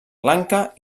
lanka